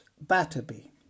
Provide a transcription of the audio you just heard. Batterby